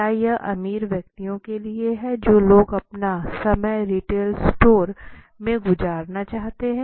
क्या यह अमीर व्यक्ति के लिए है जो लोग अपना समय रिटेल स्टोर में गुज़ारना चाहते हैं